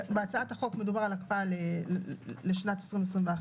בהצעת החוק מדובר על הקפאה לשנת 2021,